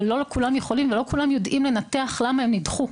לא כולם יכולים ולא כולם יודעים לנתח למה הם נדחו.